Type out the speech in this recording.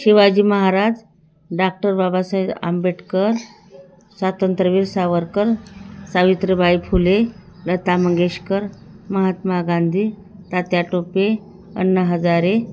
Shivaji Maharaj doctor Babasaheb Ambedkar Swatantryaveer Savarkar Savitribai Phule Lata Mangeshkar Mahatma Gandhi Tatya Tope Anna Hazare